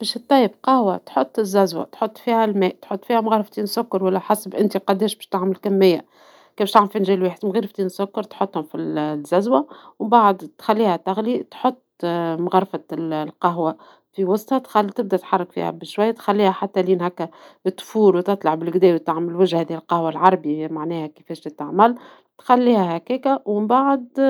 باش تطيب قهوة تحط الززوة تحط فيها الماء تحط فيها مغرفتين سكر ولا حسب انتي قداش باش تعمل كمية كان باش تعمل فنجان واحد مغرفتين سكر تحطهم في الززوة وبعد تخليها تغلي تحط مغرفة القهوة في وسطها تبدى تحرك فيها بالشوية تخليها حتى هكا بالشوية تفور وتطلع بالقدا وتعمل وجها القهوة العربي معناها كفاش تتعمل تخليها هكاكا ومن بعد